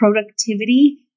productivity